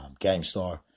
Gangstar